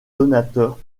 donateurs